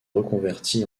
reconverti